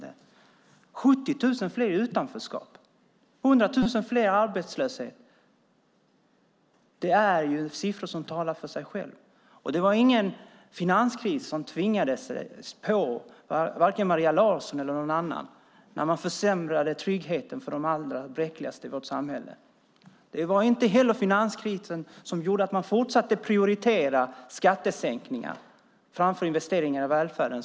Vi har 70 000 fler i utanförskap och 100 000 fler i arbetslöshet. Det är siffror som talar för sig själva. Det var ingen finanskris som tvingade Maria Larsson eller någon annan att försämra tryggheten för de allra bräckligaste i vårt samhälle. Det var inte heller finanskrisen som gjorde att man fortsatte prioritera skattesänkningar framför investeringar i välfärden.